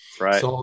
Right